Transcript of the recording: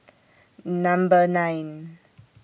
Number nine